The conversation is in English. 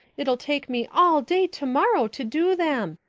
it'll take me all day tomorrow to do them.